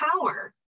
power